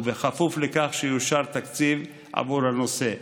ובכפוף לכך שיאושר תקציב בעבור הנושא.